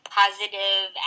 positive